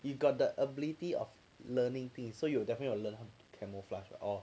you got the ability of learning thing so you will definitely learn how to camouflage mah hor